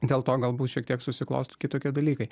dėl to galbūt šiek tiek susiklosto kitokie dalykai